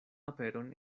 aperon